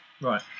Right